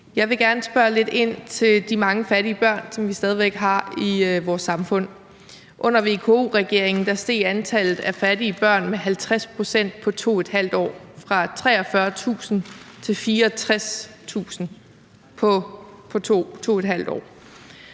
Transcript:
Jeg vil gerne spørge lidt ind til de mange fattige børn, som vi stadig væk har i vores samfund. Under VKO-regeringen steg antallet af fattige børn med 50 pct. på 2½ år fra 43.000 til 64.000. Nu er